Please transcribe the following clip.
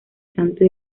santo